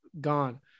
Gone